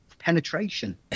penetration